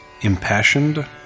impassioned